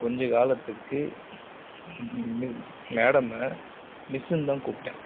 கொஞ்சம் காலத்துக்கு மேடமை மிஸ்ஸுன்னு தான் கூப்பிட்டேன்